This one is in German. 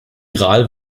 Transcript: gral